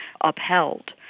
upheld